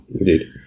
Indeed